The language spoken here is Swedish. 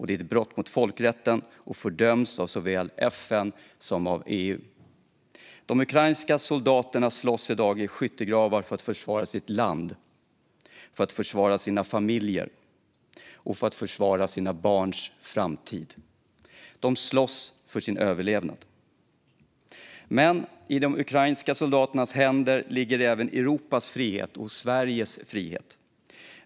Den är ett brott mot folkrätten och fördöms såväl av FN som av EU. De ukrainska soldaterna slåss i dag i skyttegravar för att försvara sitt land, för att försvara sina familjer och för att försvara sina barns framtid. De slåss för sin överlevnad. Men i de ukrainska soldaternas händer ligger även Europas frihet och Sveriges frihet.